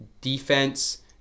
defense